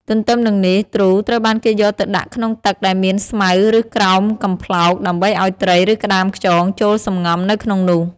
ទទឹមនឹងនេះ ទ្រូត្រូវបានគេយកទៅដាក់ក្នុងទឹកដែលមានស្មៅឬក្រោមកំប្លោក ដើម្បីឱ្យត្រី ឬក្ដាមខ្យង ចូលសំងំនៅក្នុងនោះ។